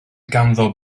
ganddo